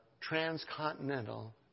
transcontinental